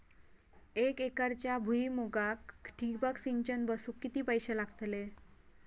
एक एकरच्या भुईमुगाक ठिबक सिंचन बसवूक किती पैशे लागतले?